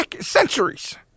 centuries